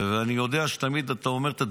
ואני יודע שתמיד אתה אומר את הדברים,